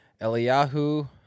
Eliyahu